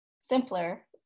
simpler